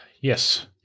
Yes